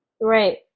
Right